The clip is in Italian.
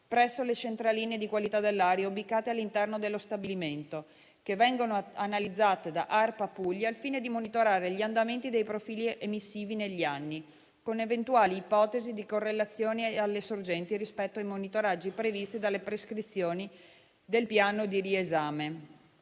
presso le centraline di qualità dell'aria ubicate all'interno dello stabilimento, che vengono analizzate da ARPA Puglia al fine di monitorare gli andamenti dei profili emissivi negli anni, con eventuali ipotesi di correlazioni alle sorgenti rispetto ai monitoraggi previsti dalle prescrizioni del piano di riesame.